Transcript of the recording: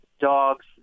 dogs